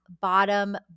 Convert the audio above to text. bottom